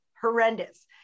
horrendous